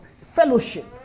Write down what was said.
fellowship